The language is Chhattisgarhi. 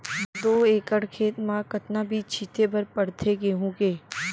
दो एकड़ खेत म कतना बीज छिंचे बर पड़थे गेहूँ के?